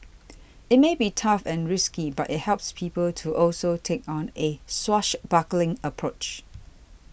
it may be tough and risky but it helps people to also take on a swashbuckling approach